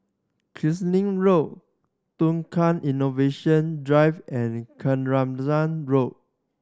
Road Tukang Innovation Drive and Road